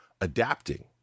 adapting